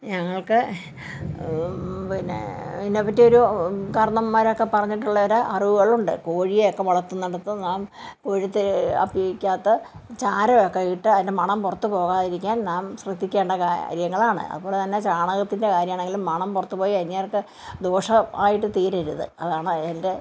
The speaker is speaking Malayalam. ഞങ്ങൾക്ക് പിന്നെ ഇതിനെപ്പറ്റി ഒരു കാരണവന്മാരൊക്കെ പറഞ്ഞിട്ടുള്ള ഒരു അറിവുകളുണ്ട് കോഴിയൊക്കെ വളർത്തുന്നിടത്ത് നാം കോഴിത്തി അപ്പിക്കകത്ത് ചാരമൊക്കെ ഇട്ട് അതിൻ്റെ മണം പുറത്തു പോകാതിരിക്കാൻ നാം ശ്രദ്ധിക്കേണ്ട കാര്യങ്ങളാണ് അതുപോലെ തന്നെ ചാണകത്തിൻ്റെ കാര്യമാണെങ്കിലും മണം പുറത്തുപോയി അന്യർക്ക് ദോഷമായിട്ട് തീരരുത് അതാണ് എൻ്റെ